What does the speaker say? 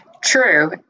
True